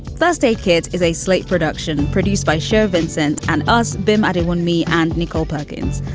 thursday kids is a slate production produced by chef vincent and us bill murray, when me and nicole perkins,